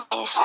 Yes